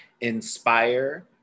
inspire